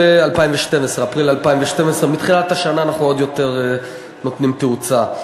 היא התחילה באפריל 2012. מתחילת השנה אנחנו נותנים תאוצה,